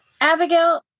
Abigail